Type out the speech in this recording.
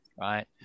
right